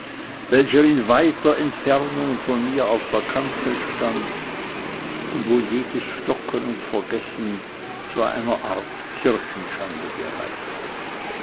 welcher in weiter entfernung von mir auf der kanzel stand und wo jedes stocken und vergessen zu einer art kirchenschande gereichte